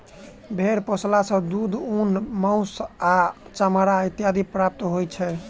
भेंड़ पोसला सॅ दूध, ऊन, मौंस आ चमड़ा इत्यादि प्राप्त होइत छै